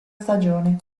stagione